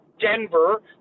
Denver